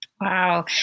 Wow